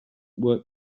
work